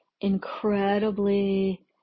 incredibly